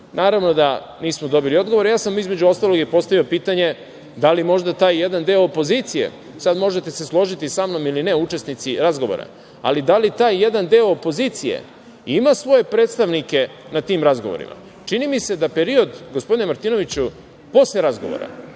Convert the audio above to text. Naravno da nismo dobili odgovor. Između ostalog, ja sam postavio i pitanje – da li možda taj jedan deo opozicije, sad možete se složiti sa mnom ili ne, učesnici razgovora, ali da li taj jedan deo opozicije ima svoje predstavnike na tim razgovorima? Čini mi se da period, gospodine Martinoviću, posle razgovora